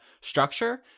structure